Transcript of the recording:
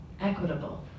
equitable